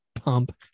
pump